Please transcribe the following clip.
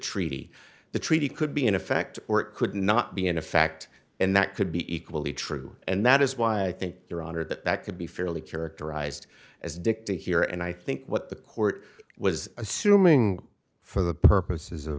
treaty the treaty could be in effect or it could not be in effect and that could be equally true and that is why i think your honor that that could be fairly characterized as dicta here and i think what the court was assuming for the purposes of